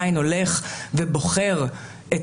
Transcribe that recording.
עדיין הולך ובוחר את